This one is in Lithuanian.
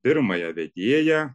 pirmąją vedėją